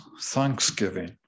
Thanksgiving